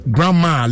Grandma